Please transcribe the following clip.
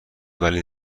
ولی